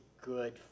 good